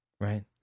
Right